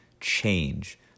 change